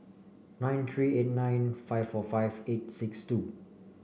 nine three eight nine five four five eight six two